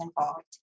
involved